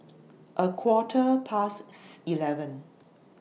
A Quarter pasts eleven